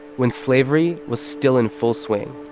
when slavery was still in full swing.